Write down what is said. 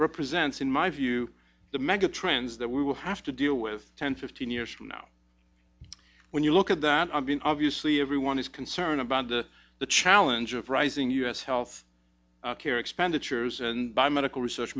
represents in my view the mega trends that we will have to deal with ten fifteen years from now when you look at that i mean obviously everyone is concerned about the the challenge of rising us health care expenditures and by medical research